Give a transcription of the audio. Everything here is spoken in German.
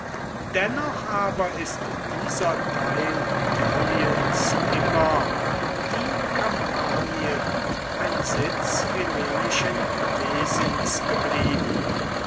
dennoch aber ist dieser teil galliens immer wie kampanien ein sitz hellenischen wesens geblieben